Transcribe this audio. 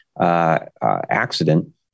Accident